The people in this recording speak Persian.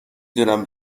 دونم